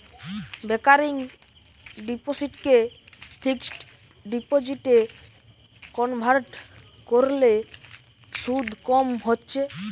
recurring ডিপোসিটকে fixed ডিপোজিটে convert কোরলে শুধ কম হচ্ছে